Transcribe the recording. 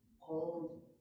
called